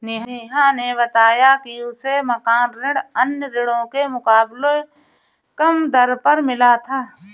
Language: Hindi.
नेहा ने बताया कि उसे मकान ऋण अन्य ऋणों के मुकाबले कम दर पर मिला था